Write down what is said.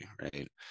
right